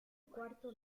cuarto